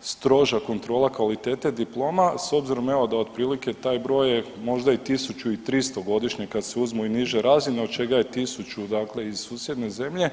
stroža kontrola kvalitete diploma s obzirom evo, da otprilike taj broj je možda i 1300 godišnje kad se uzmu i niže razine, od čega je 1000 dakle iz susjedne zemlje.